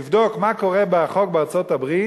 לבדוק מה קורה בחוק בארצות-הברית.